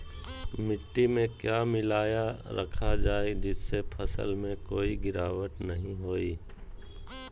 मिट्टी में क्या मिलाया रखा जाए जिससे फसल में कोई गिरावट नहीं होई?